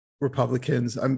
Republicans